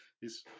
He's-